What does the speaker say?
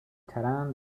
ترند